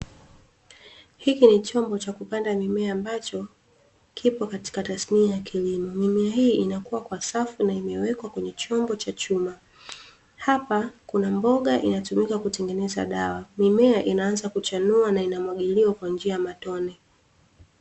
Hiki ni chombo cha kupanda mimea ambacho kipo katika tasnia ya kilimo, mimea hii inakuwa kwa safu na imewekwa kwenye chombo cha chuma, hapa kuna mboga inatumika kutengeneza dawa, mimea inaanza kuchanua na inamwagiliwa kwa njia ya matone.